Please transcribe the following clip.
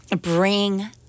bring